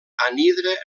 anhidre